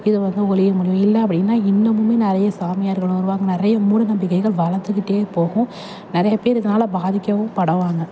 இது வந்து ஒழிய முடியும் இல்லை அப்படின்னா இன்னுமும் நிறைய சாமியார்கள் வருவாங்க நிறைய மூடநம்பிக்கைகள் வளர்ந்துக்கிட்டே போகும் நிறைய பேர் இதனால் பாதிக்கவும் படுவாங்க